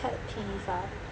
pet peeve ah